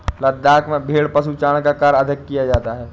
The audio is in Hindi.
लद्दाख में भेड़ पशुचारण का कार्य अधिक किया जाता है